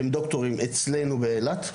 והם דוקטורים אצלנו באילת,